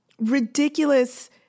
ridiculous